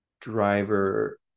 driver